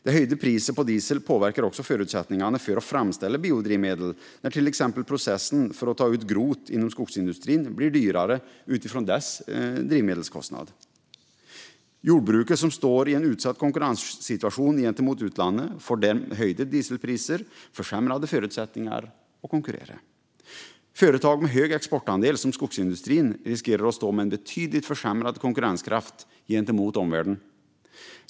Det höjda priset på diesel påverkar också förutsättningarna att framställa biodrivmedel när till exempel processen för att ta ut grot inom skogsindustrin blir dyrare utifrån dess drivmedelskostnad. Jordbruket, som står i en utsatt konkurrenssituation gentemot utlandet, får med höjda dieselpriser försämrade förutsättningar att konkurrera. Företag med hög exportandel, som skogsindustrin, riskerar att stå med en betydligt försämrad konkurrenskraft gentemot omvärlden.